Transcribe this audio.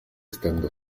estando